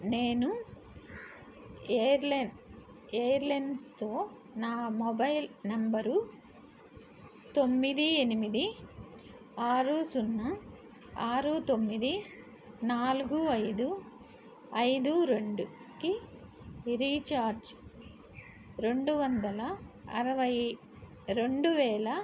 నేను ఎయిర్లెన్ ఎయిర్లెన్స్తో నా మొబైల్ నంబరు తొమ్మిది ఎనిమిది ఆరు సున్నా ఆరు తొమ్మిది నాలుగు ఐదు ఐదు రెండుకి రీఛార్జ్ రెండు వందల అరవై రెండు వేల